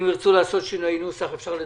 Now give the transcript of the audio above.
אם ירצו לעשות שינויי נוסח אפשר לדבר.